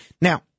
Now